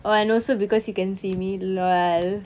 oh and also because he can see me LOL